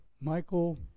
Michael